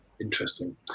interesting